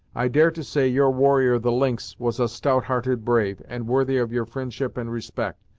i dare to say your warrior the lynx was a stout-hearted brave, and worthy of your fri'ndship and respect,